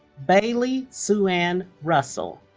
baylee sue-ann russell